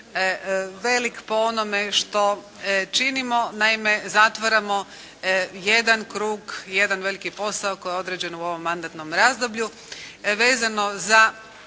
velik po onome što činimo. Naime zatvaramo jedan krug, jedan veliki posao koji je određen u ovom mandatnom razdoblju vezano za